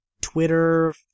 Twitter